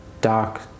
dark